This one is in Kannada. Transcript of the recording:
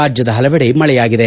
ರಾಜ್ಯದ ಹಲವೆಡೆ ಮಳೆಯಾಗಿದೆ